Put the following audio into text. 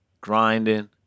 grinding